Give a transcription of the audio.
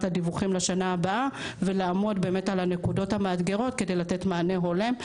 הדיווחים לשנה הבאה ולעמוד על הנקודות המאתגרות כדי לתת מענה הולם.